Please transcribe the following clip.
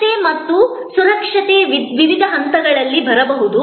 ಸುರಕ್ಷತೆ ಮತ್ತು ಸುರಕ್ಷತೆ ವಿವಿಧ ಹಂತಗಳಲ್ಲಿ ಬರಬಹುದು